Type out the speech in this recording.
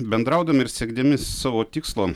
bendraudami ir sekdami savo tikslo